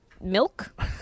milk